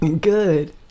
good